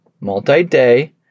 multi-day